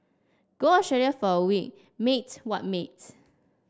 go Australia for a week mate what mate